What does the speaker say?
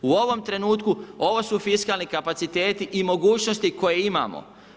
U ovom trenutku ovo su fiskalni kapaciteti i mogućnosti koje imamo.